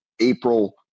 April